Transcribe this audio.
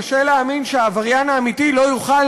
קשה להאמין שהעבריין האמיתי לא יוכל